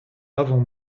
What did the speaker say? avant